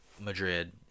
madrid